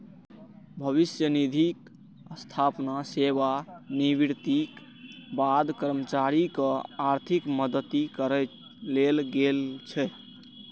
भविष्य निधिक स्थापना सेवानिवृत्तिक बाद कर्मचारीक आर्थिक मदति करै लेल गेल छै